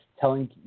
telling